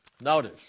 Notice